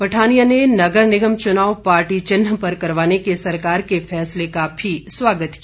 पठानिया ने नगर निगम चुनाव पार्टी चिन्ह पर करवाने के सरकार के फैसले का भी स्वागत किया